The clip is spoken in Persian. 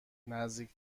نزدیک